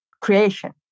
creation